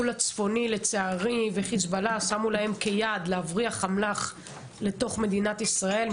לצערי חיזבאללה שמו להם כיעד להבריח אמל"ח לתוך מדינת ישראל,